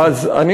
אל תהיה בטוח.